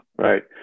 Right